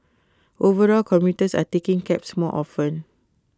overall commuters are taking cabs more often